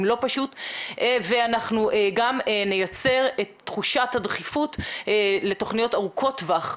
וגם נייצר את תחושת הדחיפות לתוכניות ארוכות טווח,